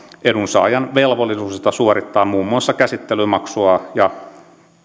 edunsaajan velvollisuudesta suorittaa muun muassa käsittelymaksua ja